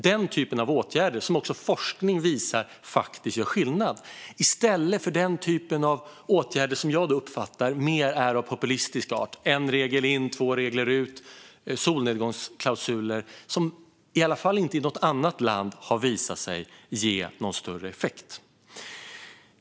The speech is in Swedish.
Den typen av åtgärder, som forskning visar faktiskt gör skillnad, vidtar regeringen i stället för den typ av åtgärder som jag uppfattar är av mer populistisk art: en regel in, två regler ut och solnedgångsklausuler som i alla fall inte i något annat land har visat sig ge någon större effekt.